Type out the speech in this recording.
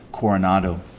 Coronado